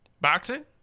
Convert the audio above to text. Boxing